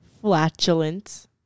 Flatulence